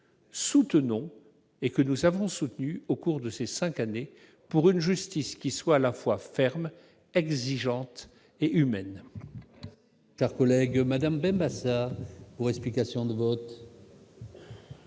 soutenons et que nous avons soutenues au cours de ces cinq années, pour une justice qui soit à la fois ferme, exigeante et humaine.